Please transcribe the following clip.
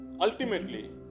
ultimately